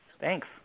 Thanks